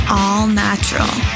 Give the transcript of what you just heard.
all-natural